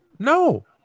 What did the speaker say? No